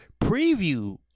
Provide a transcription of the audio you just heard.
preview